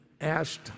asked